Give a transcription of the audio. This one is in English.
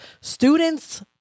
students